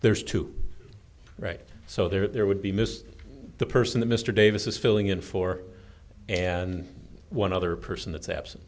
there's two right so there would be missed the person the mr davis is filling in for and one other person that's absent